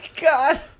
God